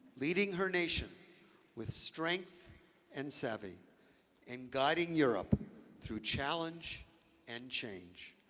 leading her nation with strength and savvy and guiding europe through challenge and change,